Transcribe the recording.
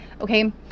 Okay